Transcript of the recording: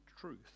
truth